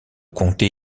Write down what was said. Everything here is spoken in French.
comté